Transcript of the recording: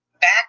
back